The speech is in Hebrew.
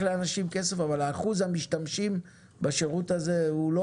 לאנשים כסף אבל אחוז המשתמשים בשירות הזה הוא לא